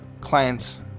clients